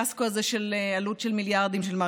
אתם הקמתם פה קואליציה של 112 חברי כנסת נגד שמונה